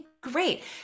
great